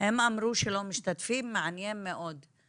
אמרו שהם לא משתתפים, מעניין מאוד.